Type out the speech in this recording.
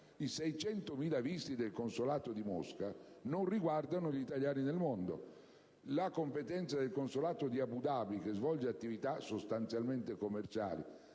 i 600.000 visti del consolato di Mosca non riguardano gli italiani nel mondo. La competenza del consolato di Abu Dhabi, il quale svolge attività sostanzialmente commerciali,